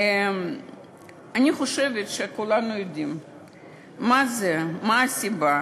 אני חושבת שכולנו יודעים מה הסיבה